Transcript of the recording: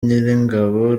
nyiringabo